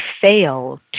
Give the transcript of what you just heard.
fail